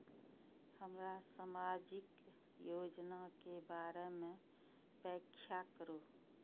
हमरा सामाजिक योजना के बारे में व्याख्या करु?